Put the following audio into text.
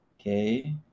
Okay